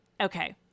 Okay